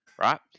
right